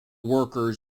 workers